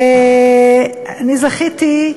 ואני זכיתי,